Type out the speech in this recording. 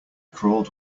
crawled